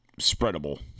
spreadable